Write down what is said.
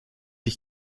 ich